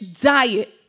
diet